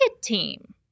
team